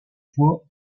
voies